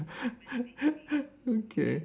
okay